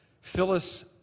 Phyllis